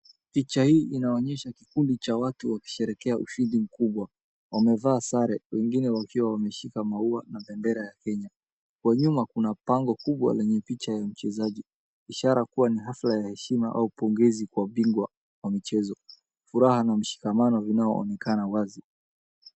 Picha hii inaonesha kikundi cha watu wakisherehekea ushindi mkubwa. Wamevaa sare, wengine wakiwa wameishika maua na bendera ya Kenya. Kwa nyuma, kuna bango kubwa lenye picha ya mchezaji, ishara kuwa ni hafla ya heshima au pongezi kwa bingwa wa mchezo. Furaha na mshikamano vinaooneka wazi.